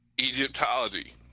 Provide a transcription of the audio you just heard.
Egyptology